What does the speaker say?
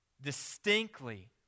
distinctly